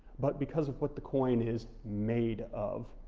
but because of what the coin is made of.